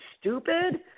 stupid